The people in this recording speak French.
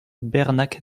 bernac